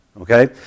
okay